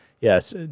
yes